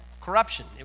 corruption